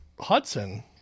Hudson